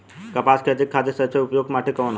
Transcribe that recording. कपास क खेती के खातिर सबसे उपयुक्त माटी कवन ह?